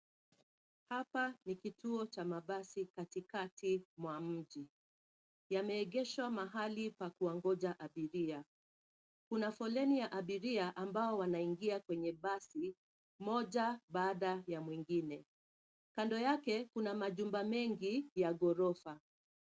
Hapa ni kituo cha mabasi katikati mwa mji. Yameegeshwa mahali pa kuwangoja abiria. Kuna foleni ya abiria ambao wanaingia kwenye basi, mmoja baada ya mwingine. Kando yake kuna majumba mengi ya ghorofa.